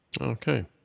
Okay